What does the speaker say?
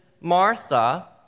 Martha